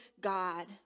God